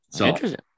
Interesting